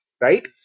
right